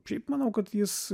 šiaip manau kad jis